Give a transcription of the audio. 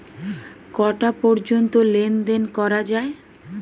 কটা পর্যন্ত লেন দেন করা য়ায়?